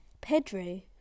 Pedro